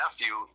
nephew